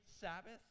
Sabbath